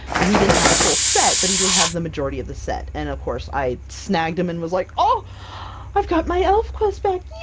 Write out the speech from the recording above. he didn't have a full set, but he did have the majority of the set, and of course i snagged em and was like, oh i've got my elfquest back! yay!